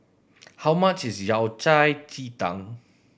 how much is Yao Cai ji tang